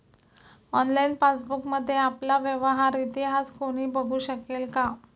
Online पासबुकमध्ये आपला व्यवहार इतिहास कोणी बघु शकेल का?